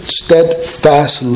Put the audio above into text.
steadfast